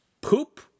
Poop